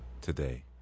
today